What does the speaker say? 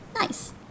Nice